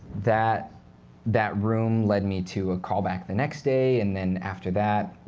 that that room led me to a callback the next day. and then after that,